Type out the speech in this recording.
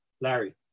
Larry